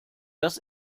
das